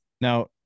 Now